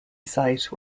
site